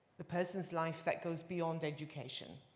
the person's life that goes beyond education.